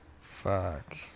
Fuck